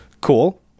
Cool